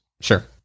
Sure